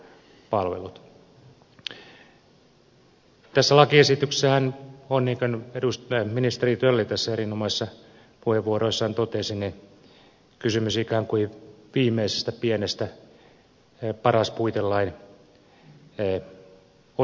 tässä lakiesityksessähän on niin kun ministeri tölli erinomaisissa puheenvuoroissaan totesi kysymys ikään kuin viimeisestä pienestä paras puitelain osasesta